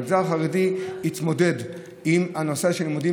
המגזר החרדי התמודד עם נושא הלימודים